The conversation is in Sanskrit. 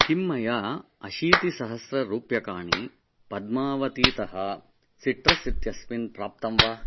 किं मया अशितिसहस्ररूप्यकाणि पद्मावतीतः सिट्रस् इत्यस्मिन् प्राप्तं वा